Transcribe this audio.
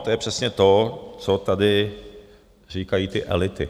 To je přesně to, co tady říkají ty elity.